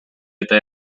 eta